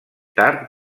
tard